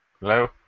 Hello